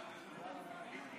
גברתי.